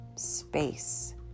space